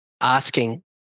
asking